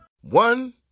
One